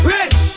Rich